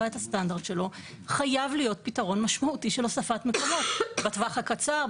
את הסטנדרט שלו חייב להיות פתרון משמעותי של הוספת מקומות בטווח הקצר,